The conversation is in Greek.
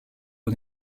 από